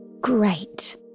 Great